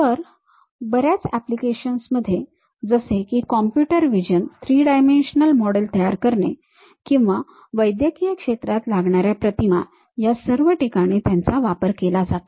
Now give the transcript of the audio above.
तर बर्याच ऍप्लिकेशन्स मध्ये जसे की कॉम्प्युटर व्हिजन 3 डायमेन्शनल मॉडेल तयार करणे किंवा वैद्यकीय क्षेत्रात लागण्याऱ्या प्रतिमा या सर्व ठिकाणी यांचा वापर केला जातो